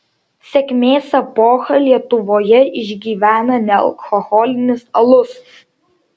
sėkmės epochą lietuvoje išgyvena nealkoholinis alus